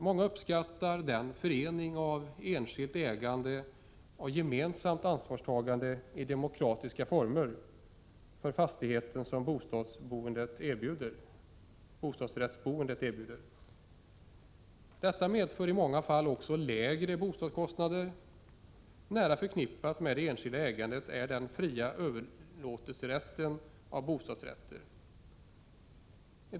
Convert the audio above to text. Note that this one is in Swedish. Många uppskattar den förening av enskilt ägande och gemensamt ansvarstagande i demokratiska former för fastigheten som bostadsrättsboende erbjuder. Detta medför i många fall också lägre boendekostnader. Nära förknippad med det enskilda ägandet är den fria överlåtelserätten för bostadsrättslägenheter.